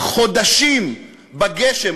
חודשים בגשם.